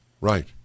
Right